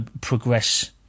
progress